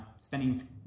spending